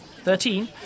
Thirteen